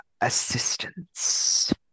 assistance